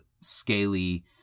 scaly